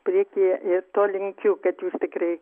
priekį ir to linkiu kad jūs tikrai